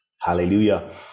Hallelujah